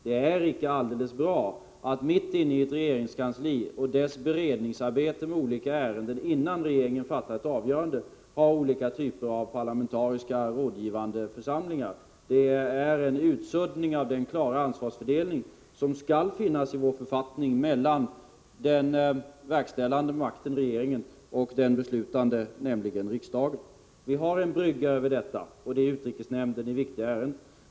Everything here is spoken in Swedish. Det är icke alldeles bra att i ett innan regeringen fattar avgöranden, ha olika typer av parlamentariska Onsdagen den rådgivande församlingar. Det är en utsuddning av den klara ansvarsfördel 12 december 1984 ning som skall finnas i vår författning mellan den verkställande makten — regeringen — och den beslutande — riksdagen. | Insyn och samråd Vi har en brygga däremellan för viktiga ärenden, och det är utrikesnämn — rörande krigsmateden.